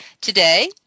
today